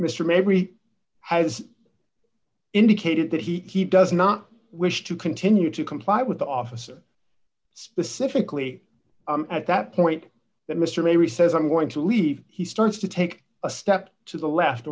mister maybe has indicated that he does not wish to continue to comply with the officer specifically at that point that mister maybe says i'm going to leave he starts to take a step to the left